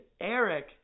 Eric